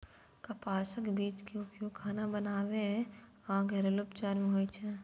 कपासक बीज के उपयोग खाना पकाबै आ घरेलू उपचार मे होइ छै